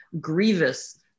grievous